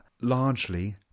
largely